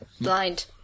Blind